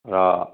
र